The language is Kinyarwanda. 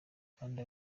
kandi